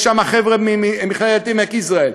יש שם חבר'ה ממכללת עמק-יזרעאל,